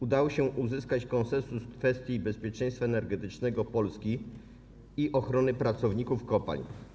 Udało się uzyskać konsensus w kwestii bezpieczeństwa energetycznego Polski i ochrony pracowników kopalń.